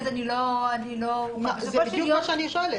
אז אני לא --- זה בדיוק מה שאני שואלת.